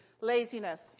Laziness